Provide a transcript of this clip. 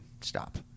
stop